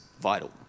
vital